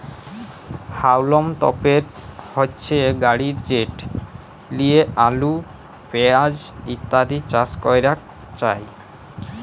হাউলম তপের হচ্যে গাড়ি যেট লিয়ে আলু, পেঁয়াজ ইত্যাদি চাস ক্যরাক যায়